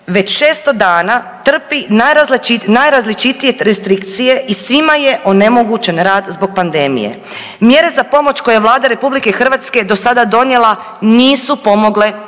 već 600 dana trpi najrazličitije restrikcije i svima je onemogućen rad zbog pandemije. Mjere za pomoć koje je Vlada RH do sada donijela nisu pomogle